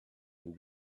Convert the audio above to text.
and